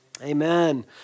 amen